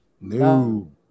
No